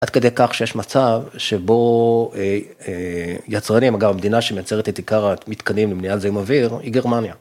עד כדי כך שיש מצב שבו יצרנים, אגב המדינה שמייצרת את עיקר המיתקנים למניעת זיהום אוויר היא גרמניה.